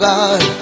God